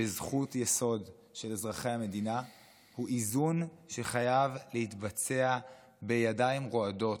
בזכות יסוד של אזרחי המדינה הוא איזון שחייב להתבצע בידיים רועדות.